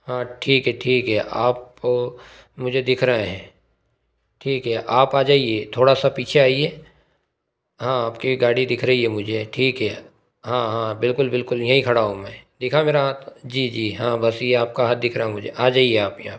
हाँ ठीक है ठीक है आप मुझे दिख रहे हें ठीक है आप आ जाइए थोड़ा सा पीछे आइए हाँ आपकी गाड़ी दिख रही है मुझे ठीक है हाँ हाँ बिल्कुल बिल्कुल यहीं खड़ा हूँ मैं दिखा मेरा हाथ जी जी हाँ बस यह आपका हाथ दिख रहा मुझे आ जाइए आप यहाँ पर